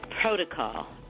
protocol